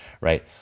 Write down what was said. right